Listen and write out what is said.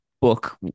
book